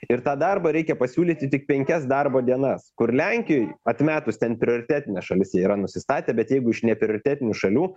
ir tą darbą reikia pasiūlyti tik penkias darbo dienas kur lenkijoj atmetus ten prioritetines šalis jie yra nusistatę bet jeigu iš neprioritetinių šalių